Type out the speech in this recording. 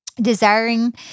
desiring